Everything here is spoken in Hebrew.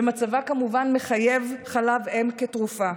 ומצבה כמובן מחייב חלב אם כתרופה.